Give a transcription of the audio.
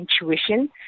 intuition